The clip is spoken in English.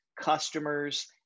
customers